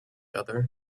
other